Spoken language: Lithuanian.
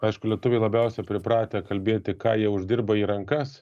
aišku lietuviai labiausiai pripratę kalbėti ką jie uždirba į rankas